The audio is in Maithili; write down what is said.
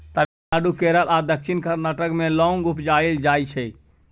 तमिलनाडु, केरल आ दक्षिण कर्नाटक मे लौंग उपजाएल जाइ छै